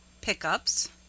Pickups